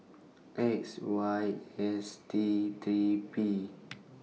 X Y S T three P